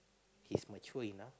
he's mature enough